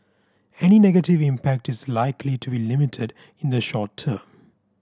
any negative impact is likely to be limited in the short term